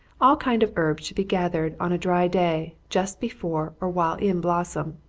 all kinds of herbs should be gathered on a dry day, just before, or while in blossom.